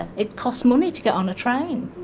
it costs money to get on a train,